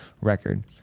record